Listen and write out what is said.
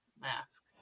mask